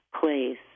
place